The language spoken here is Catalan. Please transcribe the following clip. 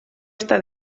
està